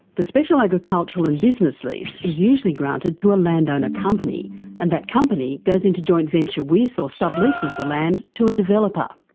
the special agricultural and business lease is usually granted to a landowner company and that company goes into joint venture with or subleases the land to a developer.